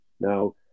Now